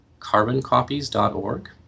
carboncopies.org